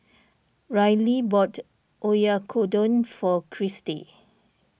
Ryley bought Oyakodon for Cristi